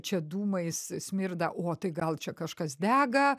čia dūmais smirda o tai gal čia kažkas dega